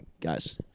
guys